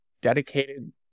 dedicated